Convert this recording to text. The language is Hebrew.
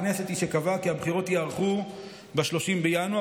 הכנסת היא שקבעה כי הבחירות ייערכו ב-30 בינואר,